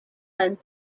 and